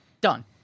done